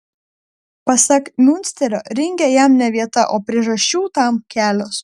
pasak miunsterio ringe jam ne vieta o priežasčių tam kelios